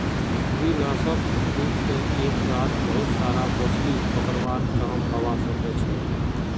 विनाशक तकनीक से एक साथ बहुत सारा मछलि पकड़वार काम हवा सके छे